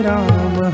Ram